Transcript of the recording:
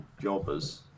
jobbers